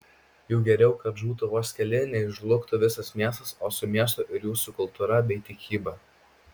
juk geriau kad žūtų vos keli nei žlugtų visas miestas o su miestu ir jūsų kultūra bei tikyba